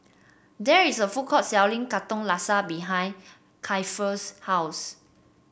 there is a food court selling Katong Laksa behind Keifer's house